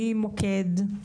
ממוקד,